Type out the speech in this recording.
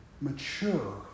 mature